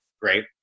great